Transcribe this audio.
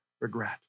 regret